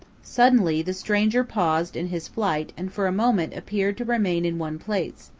suddenly the stranger paused in his flight and for a moment appeared to remain in one place,